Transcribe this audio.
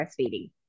breastfeeding